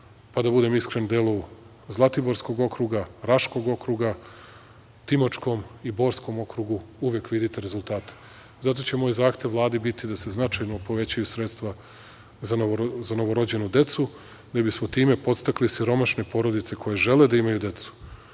pa, da budem iskren, delu Zlatiborskog okruga, Raškog okruga, Timočkom i Borskom okrugu, uvek vidite rezultate. Zato će moj zahtev Vladi biti da se značajno povećaju sredstva za novorođenu decu, da bismo time podstakli siromašne porodice koje žele da imaju decu,